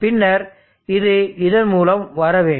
பின்னர் இது இதன் மூலம் வர வேண்டும்